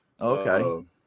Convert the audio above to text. Okay